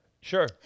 Sure